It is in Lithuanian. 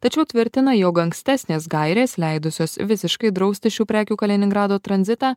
tačiau tvirtina jog ankstesnės gairės leidusios visiškai drausti šių prekių kaliningrado tranzitą